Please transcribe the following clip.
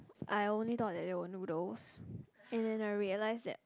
I only thought that there were noodles and then I realized that